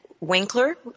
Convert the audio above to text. Winkler